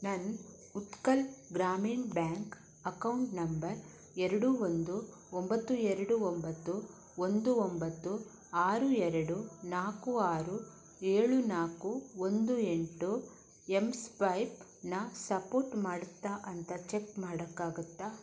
ನನ್ನ Utkal Grameen bank account number ಎರಡು ಒಂದು ಒಂಬತ್ತು ಎರಡು ಒಂಬತ್ತು ಒಂದು ಒಂಬತ್ತು ಆರು ಎರಡು ನಾಲ್ಕು ಆರು ಏಳು ನಾಲ್ಕು ಒಂದು ಎಂಟು ಎಂ ಸ್ವೈಪನ್ನು ಸಪೋರ್ಟ್ ಮಾಡತ್ತಾ ಅಂತ ಚೆಕ್ ಮಾಡಕ್ಕಾಗತ್ತಾ